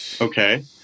Okay